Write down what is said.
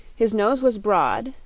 his nose was broad,